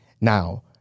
now